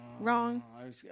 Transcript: Wrong